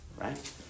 right